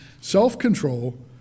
self-control